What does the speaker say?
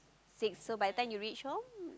six so by the time you reach home